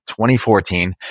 2014